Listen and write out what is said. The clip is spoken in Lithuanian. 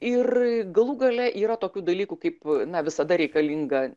ir galų gale yra tokių dalykų kaip na visada reikalinga